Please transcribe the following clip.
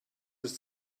ist